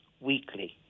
weekly